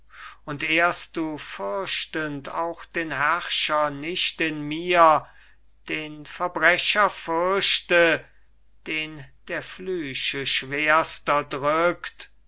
und ehrst du fürchtend auch den herrscher nicht in mir den verbrecher fürchte den der flüche schwerster drückt